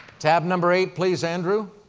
tab number eight, please, andrew.